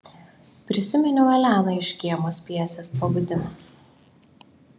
prisiminiau eleną iš škėmos pjesės pabudimas